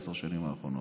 עשר השנים האחרונות.